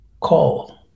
Call